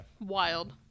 wild